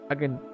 Again